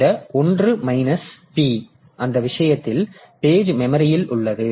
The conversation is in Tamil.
இந்த 1 மைனஸ் p அந்த விஷயத்தில் பேஜ் மெமரியில் உள்ளது